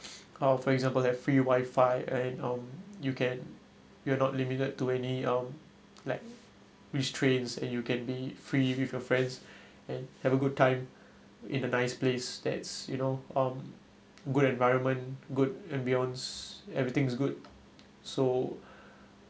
uh for example have free wifi and um you can you are not limited to any um like which trains and you can be free with your friends and have a good time in a nice place that's you know um good environment good ambiance everything's good so